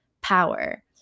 power